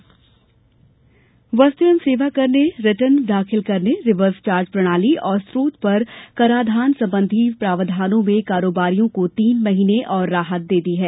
GST बैठक वस्तु एवं सेवा कर ने रिटर्न दाखिल करने रिवर्स चार्ज प्रणाली तथा स्रोत पर कराधान संबंधी प्रावधानों में कारोबारियों को तीन महीने और राहत दे दी है